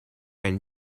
and